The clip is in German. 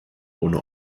ohne